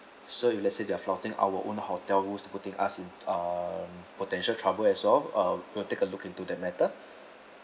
so if let's say they are faulting our own hotel's rules putting us in uh potential trouble as well we will take a look into that matter